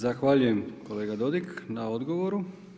Zahvaljujem kolega Dodig na odgovoru.